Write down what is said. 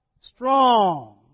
Strong